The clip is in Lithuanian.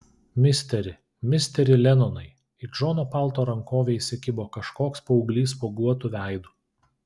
misteri misteri lenonai į džono palto rankovę įsikibo kažkoks paauglys spuoguotu veidu